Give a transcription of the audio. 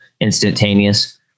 instantaneous